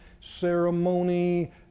Ceremony